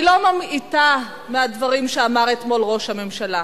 אני לא ממעיטה מהדברים שאמר אתמול ראש הממשלה